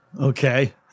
Okay